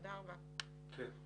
אני